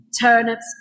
Turnips